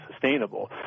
sustainable